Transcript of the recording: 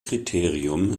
kriterium